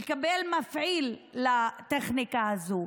לקבל מפעיל לטכנולוגיה הזו.